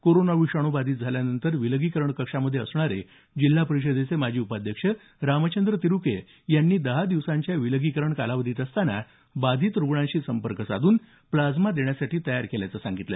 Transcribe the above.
corona विषाणू बाधित झाल्यानंतर विलगीकरण कक्षामध्ये असणारे जिल्हा परिषदेचे माजी उपाध्यक्ष रामचंद्र तिरुके यांनी दहा दिवसांच्या विलगीकरण कालावधीत असताना बाधित रुग्णांशी संपर्क करून प्लाझ्मा देण्यासाठी तयार केल्याचं सांगितलं